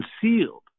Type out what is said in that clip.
concealed